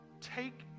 take